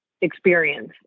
experience